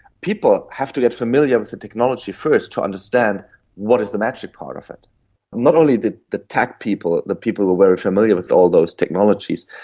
people have to get familiar with the technology first to understand what is the magic part of it, and not only the the tech people, the people who are very familiar with all those technologies,